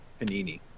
panini